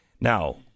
Now